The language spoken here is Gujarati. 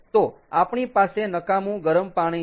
તો આપણી પાસે નકામું ગરમ પાણી છે